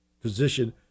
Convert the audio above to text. position